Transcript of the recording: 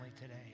today